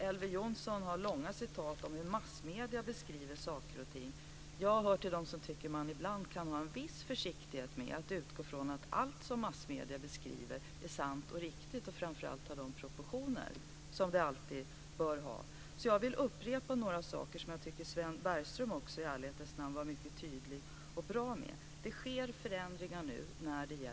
Elver Jonsson anför långa citat om hur massmedierna beskriver saker och ting. Jag hör till dem som tycker att man ibland ska hysa en viss försiktighet med att utgå från att allt som står i massmedierna är sant och riktigt och framför allt har de rätta proportionerna. Jag vill upprepa några saker som Sven Bergström i ärlighetens namn var mycket tydlig om. Det sker förändringar nu i servicen.